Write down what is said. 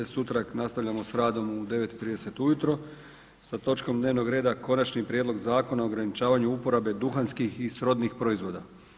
Sutra nastavljamo sa radom u 9,30 ujutro sa točkom dnevnog reda Konačni prijedlog zakona o ograničavanju uporabe duhanskih i srodnih proizvoda.